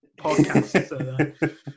podcast